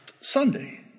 Sunday